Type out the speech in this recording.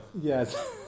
Yes